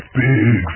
big